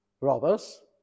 robbers